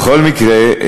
בכל מקרה,